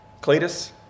Cletus